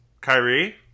Kyrie